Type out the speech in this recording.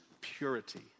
purity